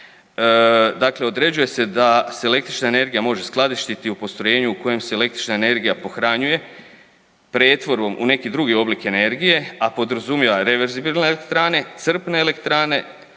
dakle određuje se da se električna energija može skladištiti u postrojenju u kojem se električna energija pohranjuje pretvorbom u neki drugi oblik energije, a podrazumijeva reverzibilne elektrane, crpne elektrane,